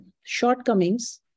shortcomings